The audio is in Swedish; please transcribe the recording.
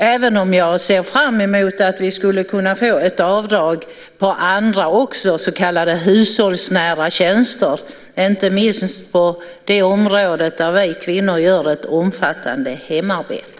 Jag ser också fram mot att vi skulle kunna få avdragsmöjligheter även på så kallade hushållsnära tjänster, inte minst på det område där vi kvinnor gör ett omfattande hemarbete.